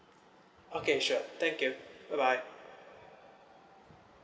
okay sure thank you bye bye